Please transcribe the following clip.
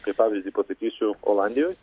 kaip pavyzdį pasakysiu olandijoj